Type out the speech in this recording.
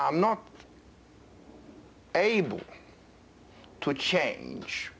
i'm not able to change